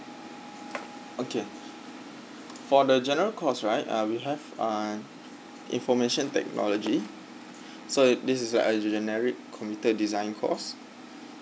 okay for the general course right uh we have uh information technology so it this is like a generic computer design course